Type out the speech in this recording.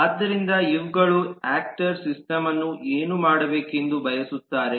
ಆದ್ದರಿಂದ ಇವುಗಳು ಯಾಕ್ಟರ್ ಸಿಸ್ಟಮ್ಅನ್ನು ಏನು ಮಾಡಬೇಕೆಂದು ಬಯಸುತ್ತಾರೆ